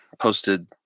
posted